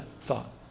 thought